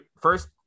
first